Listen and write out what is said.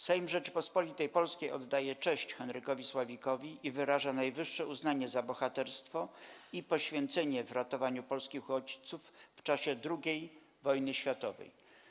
Sejm Rzeczypospolitej Polskiej oddaje cześć Henrykowi Sławikowi i wyraża najwyższe uznanie za bohaterstwo i poświęcenie w ratowaniu polskich uchodźców w czasie II wojny światowej”